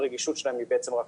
הרגישות שלהם היא רק 50%,